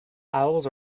owls